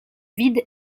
vide